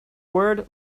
word